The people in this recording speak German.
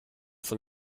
von